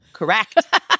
Correct